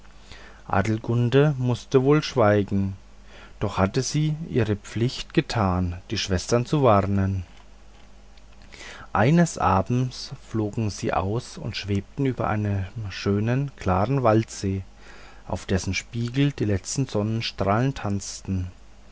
adelgunde mußte wohl schweigen doch hatte sie ihre pflicht getan die schwestern zu warnen eines abends flogen sie aus und schwebten über einem schönen klaren waldsee auf dessen spiegel die letzten sonnenstrahlen tanzten